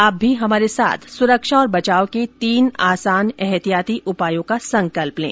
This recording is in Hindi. आप भी हमारे साथ सुरक्षा और बचाव के तीन आसान एहतियाती उपायों का संकल्प लें